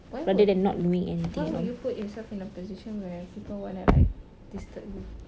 why would why would you put yourself in a position where people want to like disturb you